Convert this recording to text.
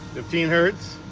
fifteen hertz